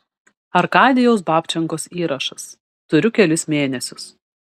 arkadijaus babčenkos įrašas turiu kelis mėnesius